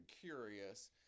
curious